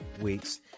weeks